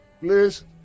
please